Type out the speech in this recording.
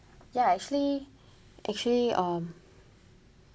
ya actually actually um